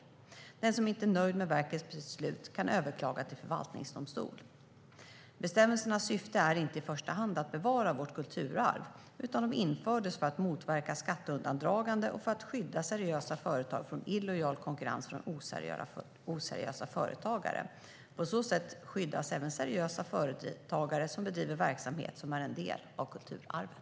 Den som inte är nöjd med verkets beslut kan överklaga till förvaltningsdomstol. Bestämmelserna syfte är inte i första hand att bevara vårt kulturarv, utan de infördes för att motverka skatteundandragande och för att skydda seriösa företag från illojal konkurrens från oseriösa företagare. På så sätt skyddas även seriösa företagare som bedriver verksamhet som är en del av kulturarvet.